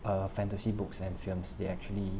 uh fantasy books and films they actually